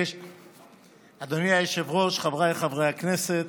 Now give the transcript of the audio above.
אדוני היושב-ראש, חבריי חברי הכנסת,